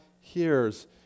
hears